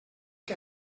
que